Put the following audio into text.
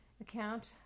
account